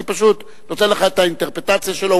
אני פשוט נותן לך את האינטרפרטציה שלו,